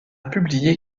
publié